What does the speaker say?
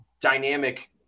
dynamic